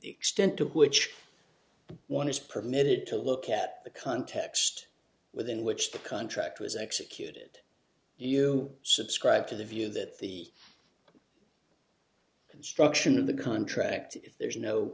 extent to which one is permitted to look at the context within which the contract was executed you subscribe to the view that the construction of the contract if there's no